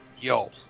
Yo